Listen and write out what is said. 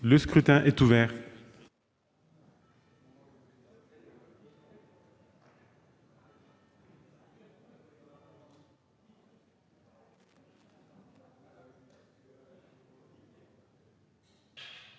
Le scrutin est ouvert.